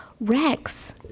Rex